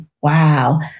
wow